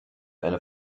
eine